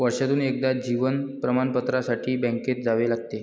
वर्षातून एकदा जीवन प्रमाणपत्रासाठी बँकेत जावे लागते